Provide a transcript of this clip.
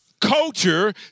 culture